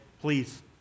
please